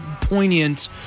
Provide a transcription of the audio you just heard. poignant